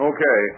Okay